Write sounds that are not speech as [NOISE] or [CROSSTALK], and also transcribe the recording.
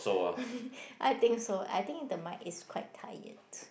[BREATH] I think so I think the mic is quite tired